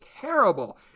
terrible